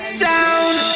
sound